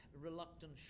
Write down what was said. reluctant